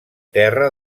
terra